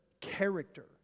character